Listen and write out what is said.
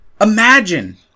Imagine